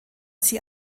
sie